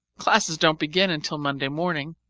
classes don't begin until monday morning,